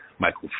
Michael